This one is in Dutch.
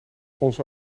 onze